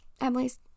Emily's